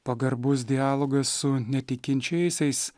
pagarbus dialogas su netikinčiaisiais